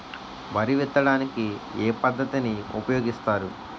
వరి విత్తడానికి ఏ పద్ధతిని ఉపయోగిస్తారు?